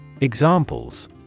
Examples